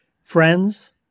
friends